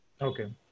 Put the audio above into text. Okay